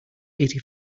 eighty